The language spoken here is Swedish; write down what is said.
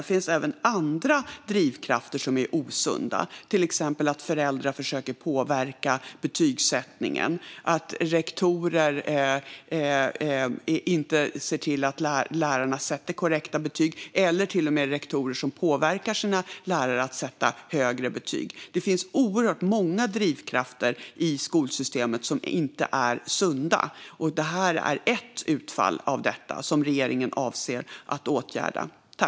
Det finns även andra drivkrafter som är osunda, till exempel att föräldrar försöker påverka betygsättningen, att rektorer inte ser till att lärarna sätter korrekta betyg eller att rektorer till och med påverkar sina lärare att sätta högre betyg. Det finns oerhört många drivkrafter i skolsystemet som inte är sunda. Det här är ett utfall av detta som regeringen avser att åtgärda.